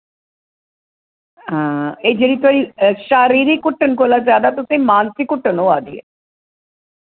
हां एह् जेह्ड़ी थोआढ़ी शारीरिक हुट्टन कोला जैदा तुसें मानसिक हुट्टन होआ दी